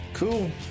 Cool